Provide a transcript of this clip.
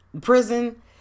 Prison